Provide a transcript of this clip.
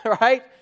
right